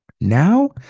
now